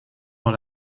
dans